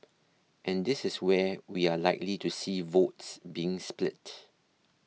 and this is where we are likely to see votes being split